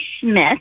Smith